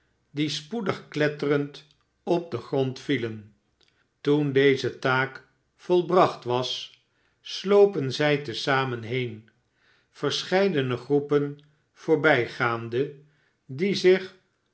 die spoedig kletterend op den grond vielen toen deze taak volbracht was slopen zij te zamen heen ver scheidene groepen voorbijgaande die zich